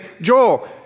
Joel